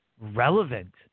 relevant